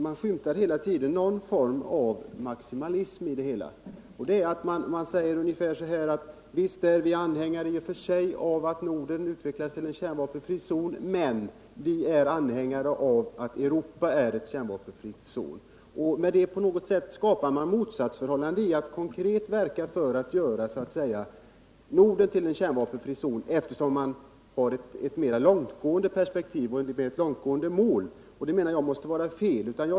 Jag skymtade hela tiden någon form av maximalism. Man säger ungefär så här: Visst är vi i och för sig anhängare av att Norden utvecklas till en kärnvapenfri zon, men vi är också anhängare av att Europa är en kärnvapenfri zon. Med. det skapar man ett motsatsförhållande i det konkreta arbetet för att göra Norden till en. kärnvapenfri zon, eftersom man har ett mer långsiktigt perspektiv, mer långtgående mål. Och det menar jag måste var fel.